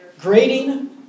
Grading